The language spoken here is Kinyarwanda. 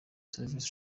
serivisi